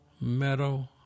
meadow